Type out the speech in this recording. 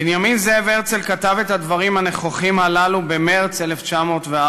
בנימין זאב הרצל כתב את הדברים הנכוחים הללו במרס 1904,